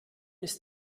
ist